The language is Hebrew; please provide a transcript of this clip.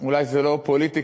אולי זה לא פוליטיקלי-קורקט,